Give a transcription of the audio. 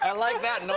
ah like that,